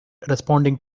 responding